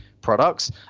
products